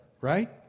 right